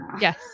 Yes